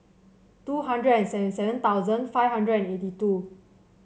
two hundred and seven seven thousand five hundred and eighty two